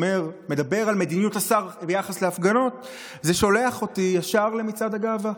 מדבר על מדיניות השר ביחס להפגנות זה שולח אותי ישר למצעד הגאווה.